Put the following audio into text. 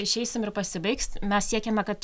išeisim ir pasibaigs mes siekiame kad